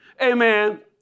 Amen